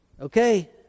Okay